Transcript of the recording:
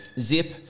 zip